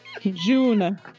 June